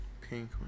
Pink